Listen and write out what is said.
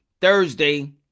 Thursday